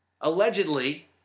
Allegedly